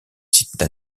site